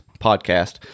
podcast